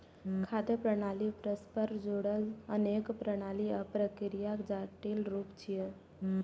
खाद्य प्रणाली परस्पर जुड़ल अनेक प्रणाली आ प्रक्रियाक जटिल रूप छियै